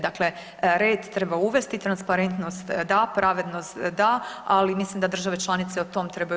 Dakle, red treba uvesti, transparentnost da, pravednost da, ali mislim da države članice o tome trebaju